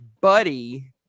buddy